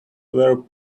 were